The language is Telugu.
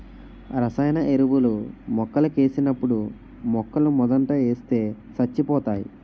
రసాయన ఎరువులు మొక్కలకేసినప్పుడు మొక్కలమోదంట ఏస్తే సచ్చిపోతాయి